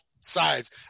sides